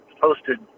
posted